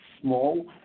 small